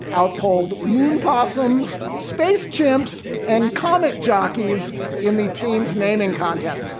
outpolls moon possum's. space chimps and comet jockeys in the team's naming contest.